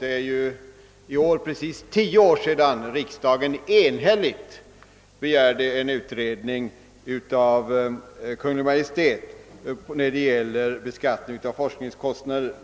Det är i år precis tio år sedan riksdagen enhälligt hos Kungl. Maj:t begärde en utredning av frågan om beskattningen av forskningskostnader.